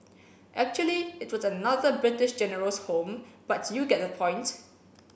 actually it was another British General's home but you get the points